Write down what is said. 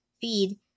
feed